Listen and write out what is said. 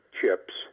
chips